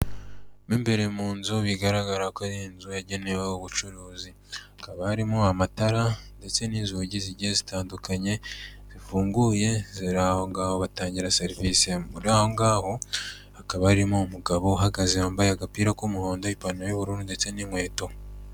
Mo imbere mu nzu bigaragara ko ari nzu yagenewe ubucuruzi, hakaba harimo amatara ndetse n'inzugi zigiye zitandukanye zifunguye ziri aho ngaho, batangira serivisi muri abo ngaho hakaba harimo umugabo uhagaze yambaye agapira k'umuhondo, ipanta y'ubururu ndetse n'inkweto.